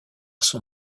son